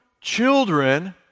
children